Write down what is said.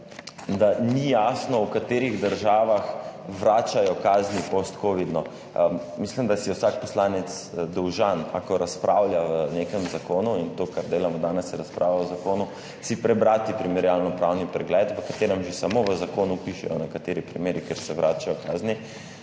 da ni jasno, v katerih državah vračajo kazni postkovidno. Mislim, da si je vsak poslanec dolžan, ko razpravlja o nekem zakonu, in to, kar delamo danes, je razprava o zakonu, prebrati primerjalnopravni pregled, v katerem že samo v zakonu pišejo nekateri primeri, kjer se vračajo globe